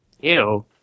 Ew